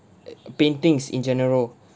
uh paintings in general